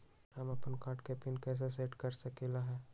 हम अपन कार्ड के पिन कैसे सेट कर सकली ह?